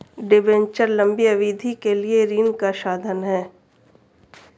debenture लंबी अवधि के लिए ऋण का साधन है